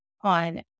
on